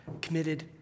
committed